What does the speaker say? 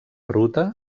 ruta